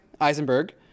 Eisenberg